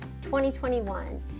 2021